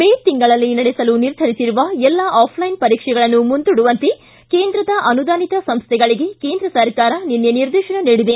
ಮೇ ತಿಂಗಳಲ್ಲಿ ನಡೆಸಲು ನಿರ್ಧರಿಸಿರುವ ಎಲ್ಲ ಆಫ್ಲೈನ್ ಪರೀಕ್ಷೆಗಳನ್ನು ಮುಂದೂಡುವಂತೆ ಕೇಂದ್ರದ ಆನುದಾನಿತ ಸಂಸ್ಟೆಗಳಿಗೆ ಕೇಂದ್ರ ಸರ್ಕಾರ ನಿನ್ನೆ ನಿರ್ದೇಶನ ನೀಡಿದೆ